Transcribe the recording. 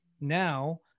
Now